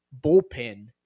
bullpen